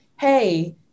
hey